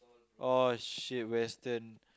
oh shit western